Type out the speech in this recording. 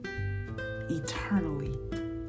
eternally